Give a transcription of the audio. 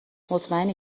مطمئنی